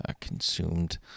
consumed